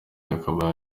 yakabaye